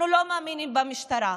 אנחנו לא מאמינים במשטרה,